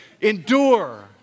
endure